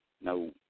no